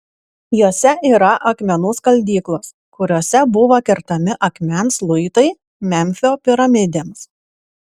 juose yra akmenų skaldyklos kuriose buvo kertami akmens luitai memfio piramidėms